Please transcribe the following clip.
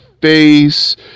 face